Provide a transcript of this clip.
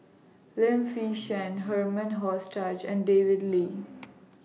Lim Fei Shen Herman and David Lin